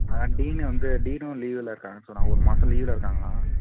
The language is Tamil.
அதான் டீனு வந்து டீனும் லீவில் இருக்காங்கள் சொன்னாங்கள் ஒரு மாதம் லீவில் இருக்காங்களாம்